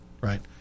right